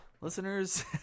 Listeners